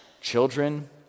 children